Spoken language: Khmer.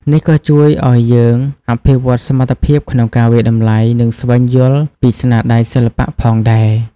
នេះក៏ជួយឲ្យយើងអភិវឌ្ឍសមត្ថភាពក្នុងការវាយតម្លៃ និងស្វែងយល់ពីស្នាដៃសិល្បៈផងដែរ។